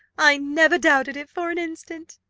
i never doubted it for an instant.